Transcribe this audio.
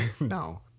No